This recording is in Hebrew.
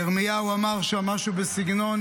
ירמיהו אמר שם משהו בסגנון,